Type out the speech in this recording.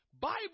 Bible